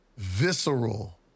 visceral